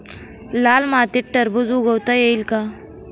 लाल मातीत टरबूज उगवता येईल का?